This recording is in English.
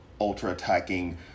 ultra-attacking